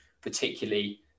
particularly